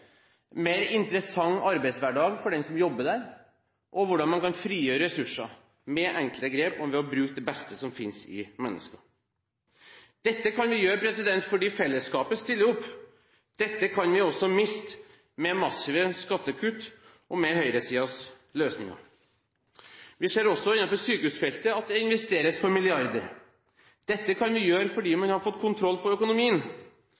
mer interessant arbeidshverdag for den som jobber der, og hvordan man kan frigjøre ressurser med enkle grep og ved å bruke det beste som finnes i menneskene. Dette kan vi gjøre fordi fellesskapet stiller opp. Dette kan vi også miste med massive skattekutt, og med høyresidens løsninger. Vi ser også innenfor sykehusfeltet at det investeres for milliarder. Dette kan man gjøre fordi man har fått kontroll på økonomien.